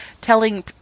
telling